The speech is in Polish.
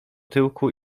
tyłku